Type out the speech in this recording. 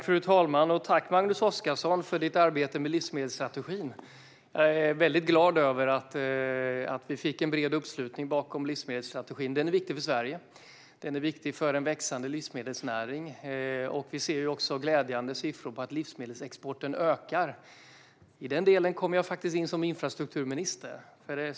Fru talman! Tack, Magnus Oscarsson, för ditt arbete med livsmedelsstratrategin! Jag är väldigt glad över att vi fick en bred uppslutning bakom livsmedelsstrategin. Den är viktig för Sverige och för en växande livsmedelsnäring. Vi ser också glädjande siffror på att livsmedelsexporten ökar. I den delen kommer jag in som infrastrukturminister.